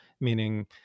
meaning